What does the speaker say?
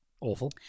Awful